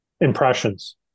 impressions